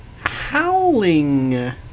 howling